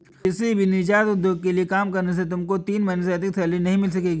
किसी भी नीजात उद्योग के लिए काम करने से तुमको तीन महीने से अधिक सैलरी नहीं मिल सकेगी